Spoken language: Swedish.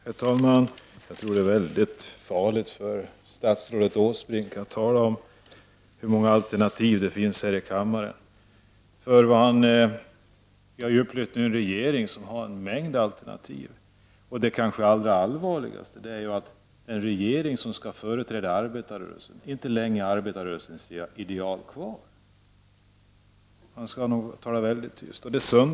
Herr talman! Jag tror att det är väldigt farligt för statsrådet Åsbrink att tala om hur många alternativ det finns här i kammaren. Vi har ju upplevt en regering som har en mängd alternativ. Och det kanske allra allvarligaste är att en regering som skall företräda arbetarrörelsen inte längre har arbetarrörelsens ideal kvar. Statsrådet skall nog tala väldigt tyst i detta sammanhang.